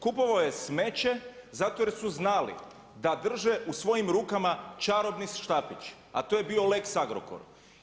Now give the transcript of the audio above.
Kupovao je smeće zato jer su znali da drže u svojim rukama čarobni štapić a to je bio lex Agrokor.